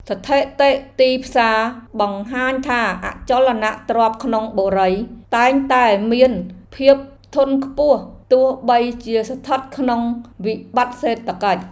ស្ថិតិទីផ្សារបង្ហាញថាអចលនទ្រព្យក្នុងបុរីតែងតែមានភាពធន់ខ្ពស់ទោះបីជាស្ថិតក្នុងវិបត្តិសេដ្ឋកិច្ច។